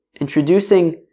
Introducing